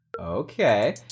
Okay